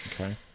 Okay